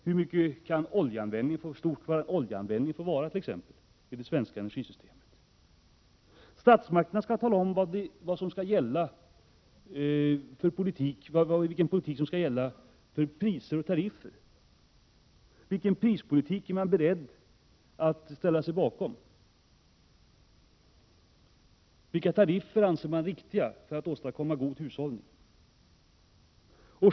Hur stor kan oljeanvändningen få vara i det svenska energisystemet? Statsmakterna skall också tala om vilken politik som skall gälla beträffande priser och tariffer: Vilken prispolitik är man beredd att ställa sig bakom? Vilka tariffer anser man riktiga för att åstadkomma god hushållning?